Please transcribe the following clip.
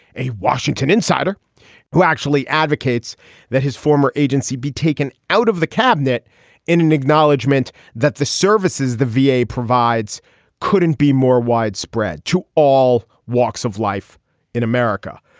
a washington insider who actually advocates that his former agency be taken out of the cabinet in an acknowledgment that the services the v a. provides couldn't be more widespread to all walks of life in america.